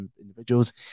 individuals